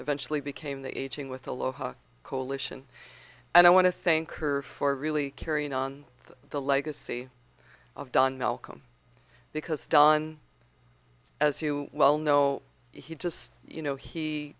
eventually became the aging with aloha coalition and i want to thank her for really carrying on the legacy of don malcolm because don as you well know he just you know he